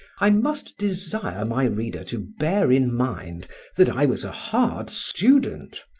i must desire my reader to bear in mind that i was a hard student,